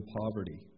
poverty